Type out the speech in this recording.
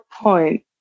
point